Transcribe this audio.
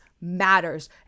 matters